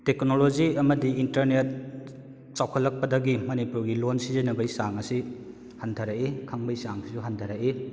technology ꯑꯃꯗꯤ internet ꯆꯥꯎꯈꯠꯂꯛꯄꯗꯒꯤ ꯃꯅꯤꯄꯨꯔꯒꯤ ꯂꯣꯟ ꯁꯤꯖꯤꯟꯅꯕꯩ ꯆꯥꯡ ꯑꯁꯤ ꯍꯟꯊꯔꯛꯏ ꯈꯪꯕꯒꯤ ꯆꯥꯡ ꯁꯤꯁꯨ ꯍꯟꯊꯔꯛꯏ